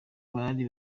bari